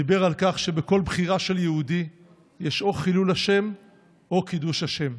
דיבר על כך שבכל בחירה של יהודי יש או חילול השם או קידוש השם.